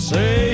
Say